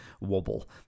wobble